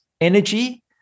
energy